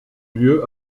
lieu